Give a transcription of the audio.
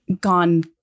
gone